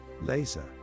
Laser